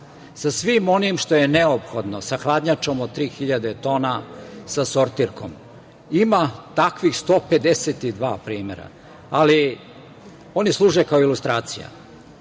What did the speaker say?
sa svim onim što je neophodno, sa hladnjačom od 3.000 tona sa sortirkom. Ima takvih 152 primera, ali oni služe kao ilustracija. Išli